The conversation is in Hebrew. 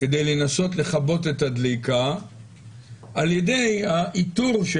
כדי לנסות לכבות את הדליקה על ידי האיתור של